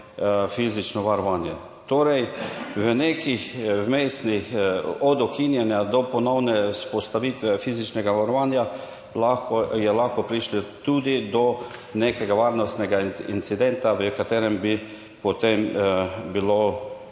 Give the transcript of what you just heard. fizično varovanje. Torej v nekih vmesnih od ukinjanja do ponovne vzpostavitve fizičnega varovanja je lahko prišlo tudi do nekega varnostnega incidenta, v katerem bi potem bilo